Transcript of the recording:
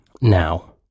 Now